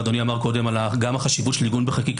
אבל אדוני דיבר קודם גם על החשיבות של העיגון בחקיקה,